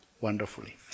wonderfully